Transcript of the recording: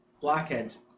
Blockheads